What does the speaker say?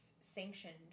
sanctioned